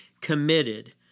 committed